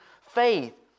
faith